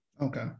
okay